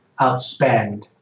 outspend